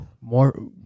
more